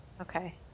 Okay